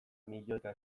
milioika